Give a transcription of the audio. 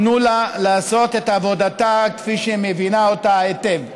תנו לה לעשות את עבודתה כפי שהיא מבינה אותה היטב.